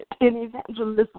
evangelism